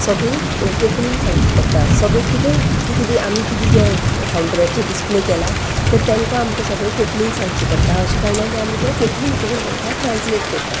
सगळी कोंकणीन सांगची पडटा सगळे कितें ती किदें आमी किदें जें कावंटराचेर डिसप्ले केलां तें तांकां आमकां सगळें कोंकणीन सांगचें पडटा अशें कारणान तें आमी तें कोंकणीन करून तांकां ट्रान्सलेट करता